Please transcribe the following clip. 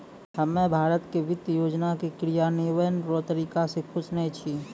हम्मे भारत के वित्त योजना के क्रियान्वयन रो तरीका से खुश नै छी